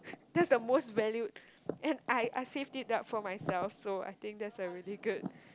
that's the most valued and I I saved it up for myself so I think that's a really good